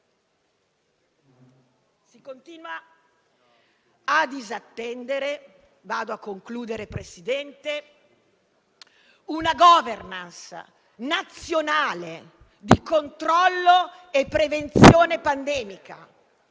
si continua a disattendere una *governance* nazionale di controllo e prevenzione pandemica,